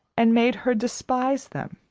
and made her despise them,